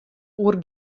oer